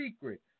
secret